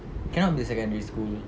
cannot be secondary school